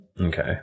Okay